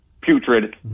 putrid